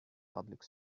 public